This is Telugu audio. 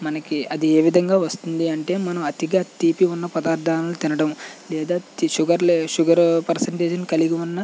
మనకి అది ఏవిధంగా వస్తుంది అంటే మనము అతిగా తీపి ఉన్న పదార్ధాలను తినటం లేదా షుగర్ షుగర్ పర్సెంటేజ్ని కలిగి ఉన్న